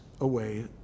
away